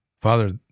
Father